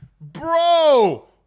bro